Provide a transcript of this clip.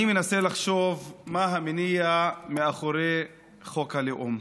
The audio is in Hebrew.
אני מנסה לחשוב מה המניע מאחורי חוק הלאום.